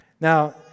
Now